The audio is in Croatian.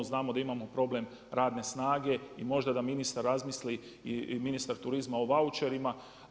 Znamo da imamo problem radne snage i možda da ministar razmisli, ministar turizma o vaučerima.